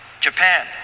Japan